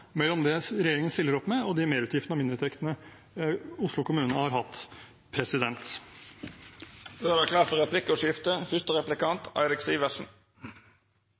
mellom det regjeringen stiller opp med, og de merutgiftene og mindreinntektene Oslo kommune har hatt.